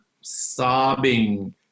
sobbing